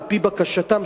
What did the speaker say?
"על-פי בקשתן",